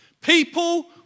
People